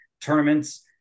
tournaments